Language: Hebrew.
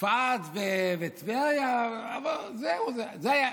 צפת וטבריה, אבל זהו זה.